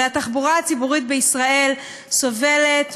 הרי התחבורה הציבורית בישראל סובלת,